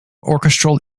orchestral